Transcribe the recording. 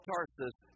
Tarsus